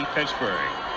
Pittsburgh